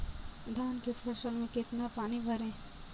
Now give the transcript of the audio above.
धान की फसल में कितना पानी भरें?